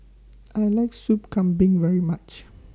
I like Sup Kambing very much